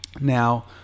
Now